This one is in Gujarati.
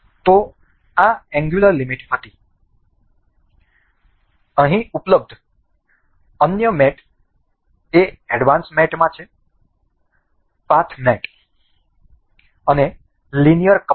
તેથી આ એંગ્યુલર લિમિટ હતી અહીં ઉપલબ્ધ અન્ય મેટ એ એડવાન્સ્ડ મેટમાં છે પાથ મેટ અને લિનિયર કપલર